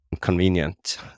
convenient